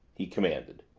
he commanded.